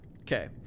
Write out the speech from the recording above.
Okay